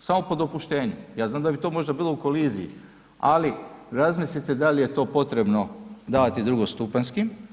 samo po dopuštenju, ja znam da bi to možda bilo u koliziji ali razmislite da li je to potrebno davati drugostupanjskim.